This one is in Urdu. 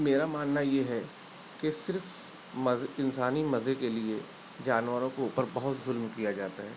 میرا ماننا یہ ہے کہ صرف مز انسانی مزے کے لیے جانوروں کو اوپر بہت ظلم کیا جاتا ہے